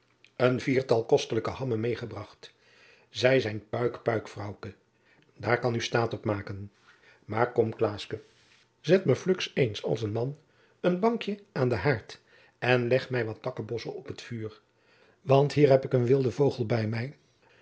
een viertal kostelijke hammen met ebrocht zij zijn puik puik vrouwke daar kan oe staôt op maôken maôr kom klaoske zet me fluks eens als een man een bankje an den haôrd en leg mij wat takkebosschen op het vuur want hier heb ik een wilden vogel bij mij